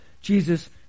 Jesus